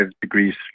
degrees